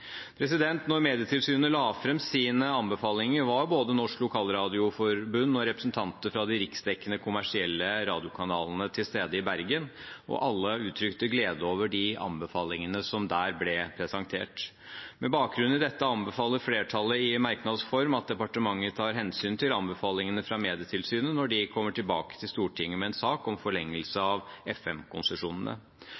Medietilsynet la fram sine anbefalinger, var både Norsk Lokalradioforbund og representanter fra de riksdekkende kommersielle radiokanalene til stede i Bergen, og alle uttrykte glede over de anbefalingene som der ble presentert. Med bakgrunn i dette anbefaler flertallet i merknads form at departementet tar hensyn til anbefalingene fra Medietilsynet når de kommer tilbake til Stortinget med en sak om forlengelse